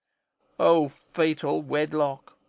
o fatal wedlock,